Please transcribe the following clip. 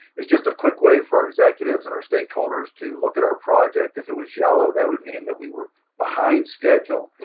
it's just a quick way for our executives and our stakeholders to look at our project. if it was yellow, that would mean that we were behind schedule,